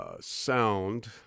sound